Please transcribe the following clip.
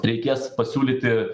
reikės pasiūlyti